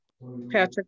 Patrick